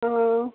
ହଁ